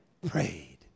prayed